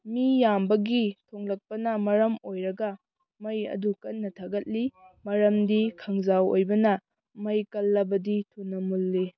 ꯃꯤ ꯌꯥꯝꯕꯒꯤ ꯊꯣꯡꯂꯛꯄꯅ ꯃꯔꯝ ꯑꯣꯏꯔꯒ ꯃꯩ ꯑꯗꯨ ꯀꯟꯅ ꯊꯥꯒꯠꯂꯤ ꯃꯔꯝꯗꯤ ꯈꯥꯡꯖꯥꯎ ꯑꯣꯏꯕꯅ ꯃꯩ ꯀꯜꯂꯕꯗꯤ ꯊꯨꯅ ꯃꯨꯜꯂꯤ